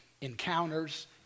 encounters